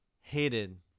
hated